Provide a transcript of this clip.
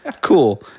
Cool